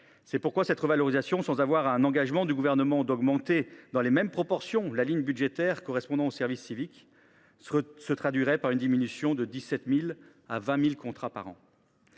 C’est pourquoi cette revalorisation, si elle n’était pas assortie d’un engagement du Gouvernement d’augmenter dans les mêmes proportions la ligne budgétaire correspondant au service civique, se traduirait par une diminution de 17 000 à 20 000 contrats par an.